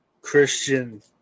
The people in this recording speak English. Christian